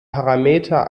parameter